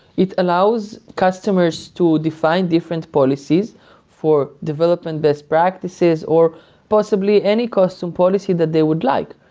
it allows customers to define different policies for development best practices or possibly any custom policy that they would like.